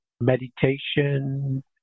meditation